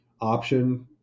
option